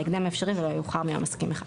בהקדם האפשרי ולא יאוחר מיום עסקים אחד.